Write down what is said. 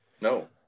no